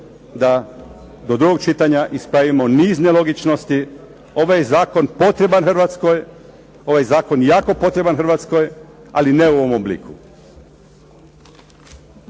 da do drugog čitanja ispravimo niz nelogičnosti. Ovaj je zakon potreban Hrvatskoj, ovaj je zakon jako potreban Hrvatskoj, ali ne u ovom obliku.